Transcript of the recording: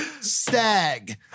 Stag